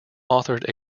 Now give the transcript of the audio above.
authored